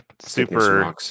super